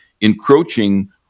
encroaching